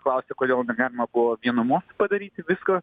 klausti kodėl negalima buvo vienu mostu padaryti viską